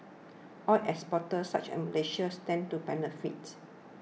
oil exporters such Malaysia stand to benefit